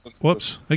Whoops